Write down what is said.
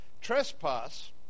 trespass